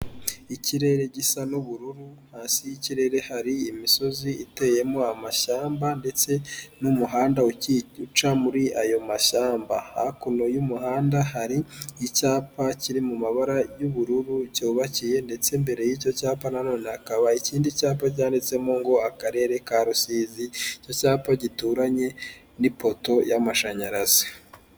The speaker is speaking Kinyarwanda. Ikirere gisa n'ubururu hasi y'ikirere hari imisozi iteyemo amashyamba ndetse n'umuhanda uca muri ayo mashyamba, hakuno y'umuhanda hari icyapa kiri mu mabara y'ubururu cyubakiye ndetse imbere y'icyo cyapa nanone hakaba ikindi cyapa cyanditsemo ngo akarere ka Rusizi, icyo cyapa gituranye n'ipoto y'amashanyarazi.